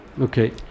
Okay